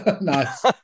Nice